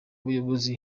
buyobozi